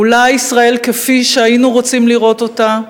אולי ישראל כפי שהיינו רוצים לראות אותה,